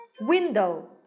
window